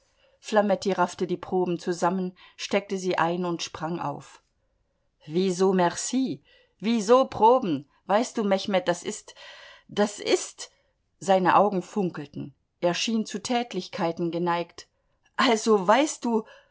flametti raffte die proben zusammen steckte sie ein und sprang auf wieso merci wieso proben weißt du mechmed das ist das ist seine augen funkelten er schien zu tätlichkeiten geneigt also weißt du